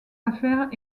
affaires